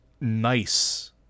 nice